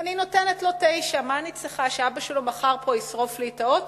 "אני נותנת לו 9. מה אני צריכה שאבא שלו מחר ישרוף לי את האוטו?